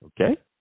Okay